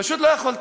פשוט לא יכולתי.